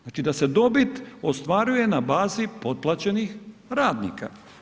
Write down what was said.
Znači da se dobit ostvaruje na bazi potplaćenih radnika.